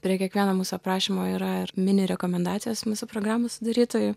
prie kiekvieno mūsų aprašymo yra ir mini rekomendacijos mūsų programos sudarytojų